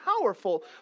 powerful